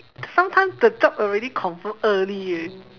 sometime the job already confirm early eh